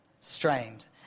strained